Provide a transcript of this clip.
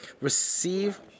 Receive